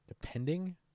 depending